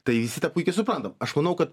tai visi tą puikiai suprantam aš manau kad